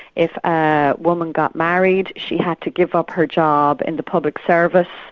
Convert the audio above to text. if a woman got married, she had to give up her job in the public service,